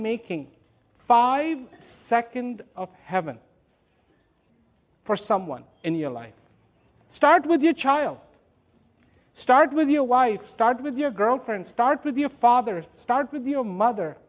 making five second of heaven for someone in your life start with your child start with your wife start with your girlfriend start with your father start with your mother